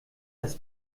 das